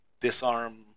disarm